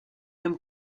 même